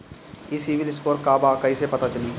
ई civil score का बा कइसे पता चली?